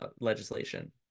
legislation